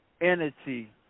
energy